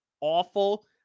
awful